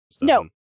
no